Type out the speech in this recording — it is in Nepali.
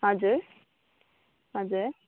हजुर हजुर